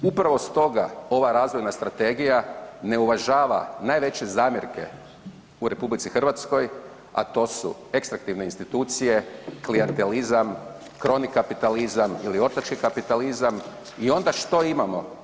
Upravo stoga ova razvojna strategija ne uvažava najveće zamjerke u RH, a to su ekstraktivne institucije, klijentelizam, kroni kapitalizam ili ortački kapitalizam i onda što imamo.